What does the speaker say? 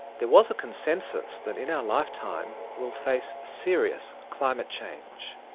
there was a consensus that in our lifetime we'll face serious climate change.